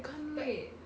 I can't wait